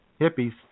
hippies